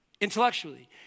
intellectually